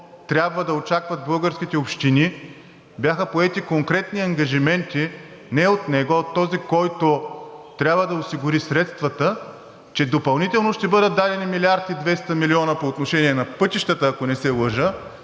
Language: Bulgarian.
трябва да очакват българските общини бяха поети конкретни ангажименти не от него, а от този, който трябва да осигури средствата, че допълнително ще бъдат дадени 1 милиард и 200 милиона по отношение на пътищата, ако не се лъжа,